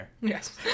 Yes